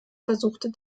versuchte